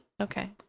Okay